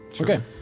Okay